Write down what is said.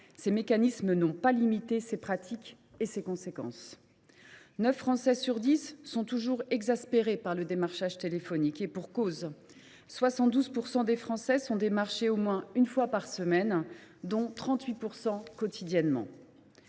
ces mécanismes n’ont pas limité cette pratique et ses conséquences. Neuf Français sur dix sont toujours exaspérés par le démarchage téléphonique. Et pour cause : 72 % des Français sont démarchés au moins une fois par semaine, 38 % quotidiennement.